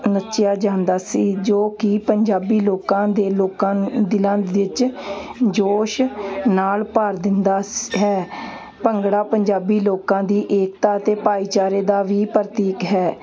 ਨੱਚਿਆ ਜਾਂਦਾ ਸੀ ਜੋ ਕਿ ਪੰਜਾਬੀ ਲੋਕਾਂ ਦੇ ਲੋਕਾਂ ਨੂੰ ਦਿਲਾਂ ਵਿੱਚ ਜੋਸ਼ ਨਾਲ ਭਰ ਦਿੰਦਾ ਸ ਹੈ ਭੰਗੜਾ ਪੰਜਾਬੀ ਲੋਕਾਂ ਦੀ ਏਕਤਾ ਅਤੇ ਭਾਈਚਾਰੇ ਦਾ ਵੀ ਪ੍ਰਤੀਕ ਹੈ